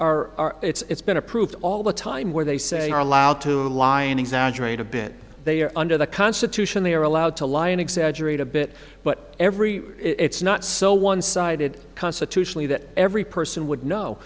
are it's been approved all the time where they say you are allowed to lie and exaggerate a bit they are under the constitution they are allowed to lie and exaggerate a bit but every it's not so one sided constitutionally that every person